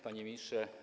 Panie Ministrze!